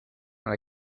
not